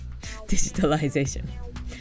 Digitalization